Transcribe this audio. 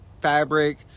fabric